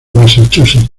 massachusetts